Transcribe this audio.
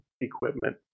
equipment